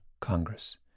Congress